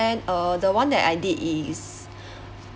uh the one that I did is